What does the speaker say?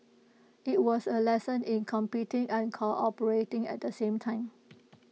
IT was A lesson in competing and cooperating at the same time